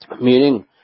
Meaning